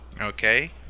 Okay